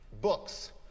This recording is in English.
Books